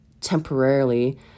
temporarily